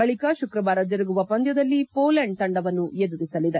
ಬಳಿಕ ಶುಕ್ರವಾರ ಜರುಗುವ ಪಂದ್ಯದಲ್ಲಿ ಮೋಲೆಂಡ್ ತಂಡವನ್ನು ಎದುರಿಸಲಿದೆ